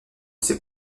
ses